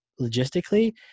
logistically